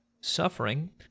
suffering